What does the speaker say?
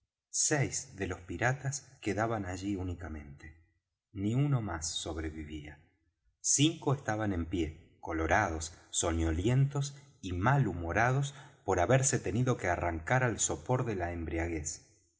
seis de los piratas quedaban allí únicamente ni uno más sobrevivía cinco estaban en pie colorados soñolientos y mal humorados por haberse tenido que arrancar al sopor de la embriaguez